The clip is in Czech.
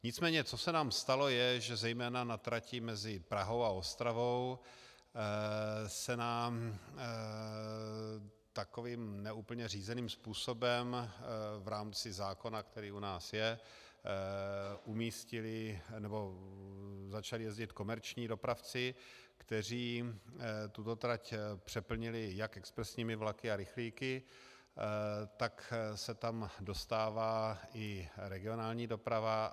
Nicméně co se nám stalo, je, že zejména na tratí mezi Prahou a Ostravou nám takovým ne úplně řízeným způsobem v rámci zákona, který u nás je, začali jezdit komerční dopravci, kteří tuto trať přeplnili jak expresními vlaky a rychlíky, tak se tam dostává i regionální doprava.